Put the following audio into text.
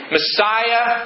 Messiah